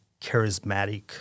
charismatic